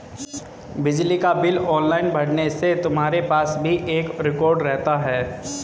बिजली का bill online भरने से तुम्हारे पास भी एक रिकॉर्ड रहता है